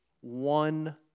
one